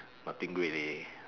nothing great leh